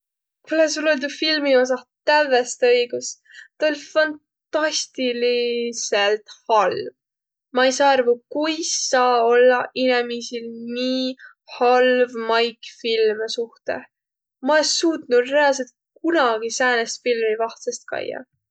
Kuulõq, sul oll' tuu filmi osah tävveste õigus, tuu oll' fantastilidsõlt halv. Ma ei saaq arvu, kuis saa ollaq inemiisil nii halv maik filme suhtõh, ma es suutnuq reaalsõlt kunagi säänest filmi vahtsõst kaiaq.